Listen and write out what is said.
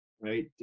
right